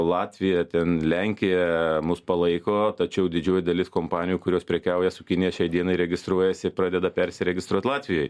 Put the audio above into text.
latvija ten lenkija mus palaiko tačiau didžioji dalis kompanijų kurios prekiauja su kinija šiai dienai registruojasi pradeda persiregistruot latvijoj